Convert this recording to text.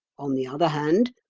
on the other hand,